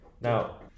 Now